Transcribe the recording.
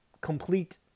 complete